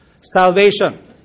salvation